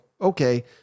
okay